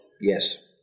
Yes